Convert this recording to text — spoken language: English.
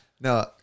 No